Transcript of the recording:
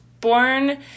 born